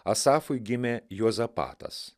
asafui gimė juozapatas